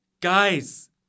Guys